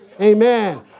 amen